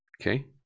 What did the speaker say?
Okay